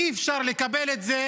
אי-אפשר לקבל את זה